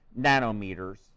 nanometers